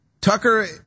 Tucker